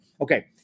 Okay